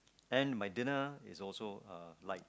and my dinner is also uh light